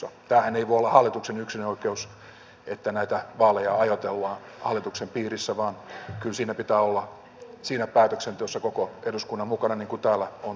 tämähän ei voi olla hallituksen yksinoikeus että vaaleja ajoitellaan hallituksen piirissä vaan kyllä siinä päätöksenteossa pitää olla koko eduskunta mukana niin kuin täällä on toivottu